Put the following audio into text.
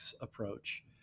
approach